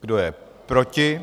Kdo je proti?